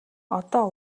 одоо